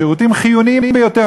שירותים חיוניים ביותר,